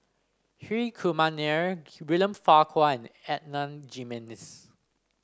Hri Kumar Nair William Farquhar and Adan Jimenez